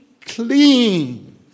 clean